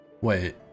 Wait